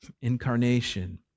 Incarnation